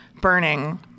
burning